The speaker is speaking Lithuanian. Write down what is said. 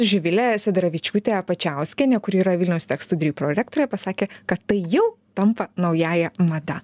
živilė sederevičiūtė pačiauskienė kuri yra vilniaus tech studijų prorektorė pasakė kad tai jau tampa naująja mada